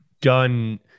done